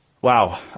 wow